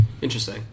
Interesting